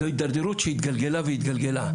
זו התדרדרות שהתגלגלה והתגלגלה.